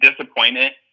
disappointment